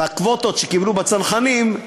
בקווטות שקיבלו בצנחנים,